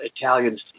Italians